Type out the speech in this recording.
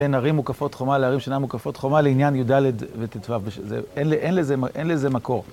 ערים מוקפות חומה לערים שנה מוקפות חומה לעניין י"ד וט"ו, זה, אין לזה מקור